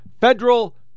federal